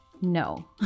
No